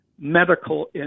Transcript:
medical